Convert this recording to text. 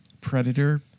Predator